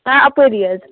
آ اَپٲری حظ